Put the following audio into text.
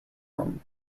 room